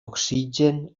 oxigen